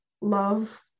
love